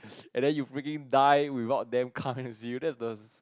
and then you freaking die without them coming to see you that's the